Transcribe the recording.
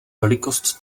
velikost